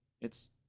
It's